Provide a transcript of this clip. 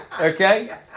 okay